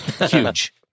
Huge